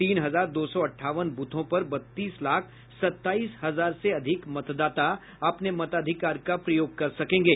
तीन हजार दो सौ अट्ठावन बूथों पर बत्तीस लाख सताईस हजार से अधिक मतदाता अपने मताधिकार का प्रयोग कर सकेंगे